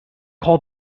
call